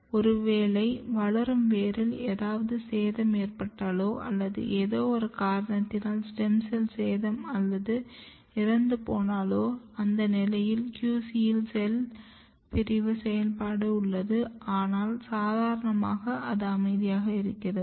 ஒருவேளை வளரும் வேரில் ஏதாவது சேதம் ஏற்பட்டாலோ அல்லது எதோ ஒரு காரணத்தினால் ஸ்டெம் செல் சேதம் அல்லது இறந்து போனாலோ அந்த நிலையில் QC யில் செல் பிரிவின் செயல்பாடு உள்ளது ஆனால் சாதாரணமாக அது அமைதியாக இருக்கிறது